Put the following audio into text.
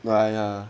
妈呀